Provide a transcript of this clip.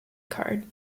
card